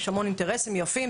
יש המון אינטרסים יפה,